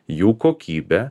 jų kokybė